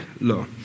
law